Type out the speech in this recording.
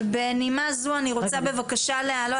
ובנימה זו אני רוצה בבקשה להעלות